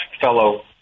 fellow